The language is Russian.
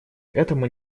этому